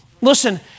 Listen